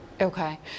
Okay